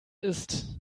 ist